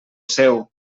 seu